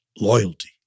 loyalty